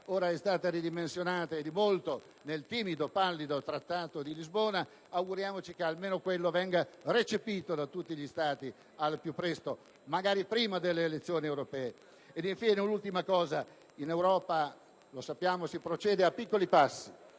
Ora è stata ridimensionata (e di molto) nel timido, pallido Trattato di Lisbona. Auguriamoci che almeno quello venga recepito da tutti gli Stati al più presto, magari prima delle elezioni europee. Infine, un' ultima considerazione. In Europa - lo sappiamo - si procede a piccoli passi,